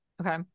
Okay